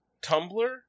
Tumblr